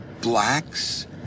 blacks